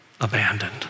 abandoned